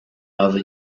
other